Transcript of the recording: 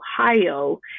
Ohio